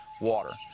water